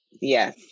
yes